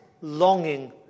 longing